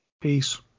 Peace